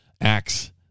Acts